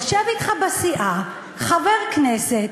יושב אתך בסיעה חבר כנסת,